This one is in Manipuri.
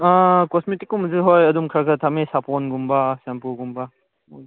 ꯀꯣꯁꯃꯦꯇꯤꯛ ꯀꯨꯝꯕꯁꯨ ꯍꯣꯏ ꯑꯗꯨꯝ ꯈꯔ ꯈꯔ ꯊꯝꯏ ꯁꯥꯄꯣꯟꯒꯨꯝꯕ ꯁꯝꯄꯨꯒꯨꯝꯕ ꯎꯝ